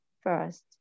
first